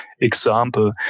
example